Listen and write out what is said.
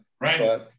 Right